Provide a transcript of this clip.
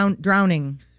Drowning